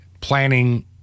planning